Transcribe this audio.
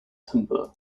timbre